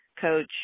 coach